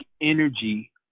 energy